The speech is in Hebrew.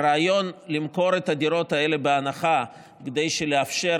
הרעיון למכור את הדירות האלה בהנחה כדי לאפשר